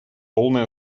полное